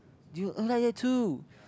you like that too